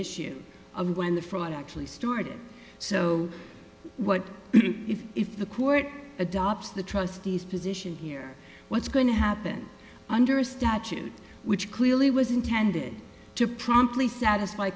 issue of when the fraud actually started so what if if the court adopts the trustees position here what's going to happen under a statute which clearly was intended to promptly satisfy